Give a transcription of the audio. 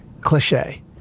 cliche